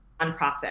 nonprofit